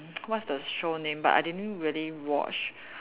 what's the show name but I didn't really watch